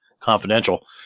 confidential